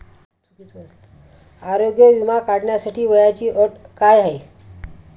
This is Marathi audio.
आरोग्य विमा काढण्यासाठी वयाची अट काय आहे?